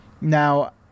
Now